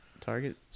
Target